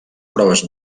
proves